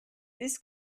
this